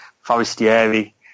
Forestieri